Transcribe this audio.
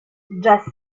jesse